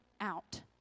out